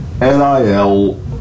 NIL